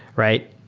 right?